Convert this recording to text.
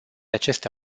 aceste